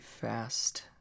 fast